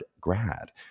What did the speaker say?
grad